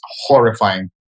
horrifying